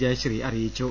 ജയശ്രീ അറിയിച്ചു